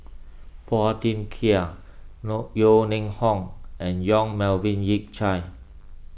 Phua Thin Kiay Yeo Ning Hong and Yong Melvin Yik Chye